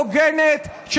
הוגנת,